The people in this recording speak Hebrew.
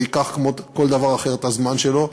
זה ייקח, כמו כל דבר אחר, את הזמן שלו,